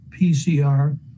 PCR